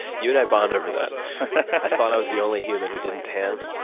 you and i bond over that. i thought i was the only human who didn't tan,